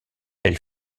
elle